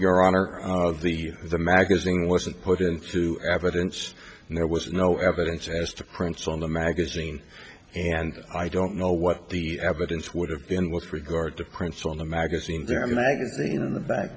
your honor of the the magazine wasn't put into evidence and there was no evidence as to prints on the magazine and i don't know what the evidence would have been with regard to prints on the magazine